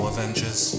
Avengers